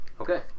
Okay